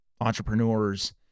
entrepreneurs